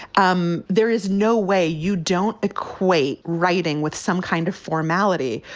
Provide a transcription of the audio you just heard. um there is no way you don't equate writing with some kind of formality.